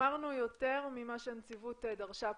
החמרנו יותר ממה שהנציבות דרשה כאן.